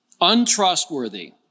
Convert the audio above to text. untrustworthy